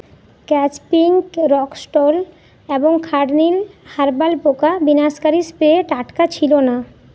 catch pink rock salt এবং খারনিল herbal পোকা বিনাশকারী স্প্রে টাটকা ছিলো না